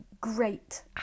great